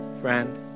Friend